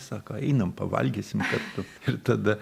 sako einam pavalgysim kartu ir tada